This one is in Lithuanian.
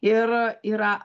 ir yra